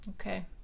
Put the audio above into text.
Okay